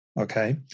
Okay